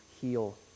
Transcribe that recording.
heal